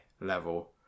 level